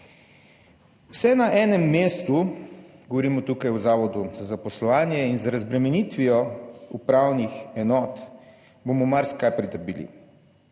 Vse na enem mestu, govorimo tukaj o Zavodu za zaposlovanje in z razbremenitvijo upravnih enot bomo marsikaj pridobili.